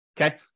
Okay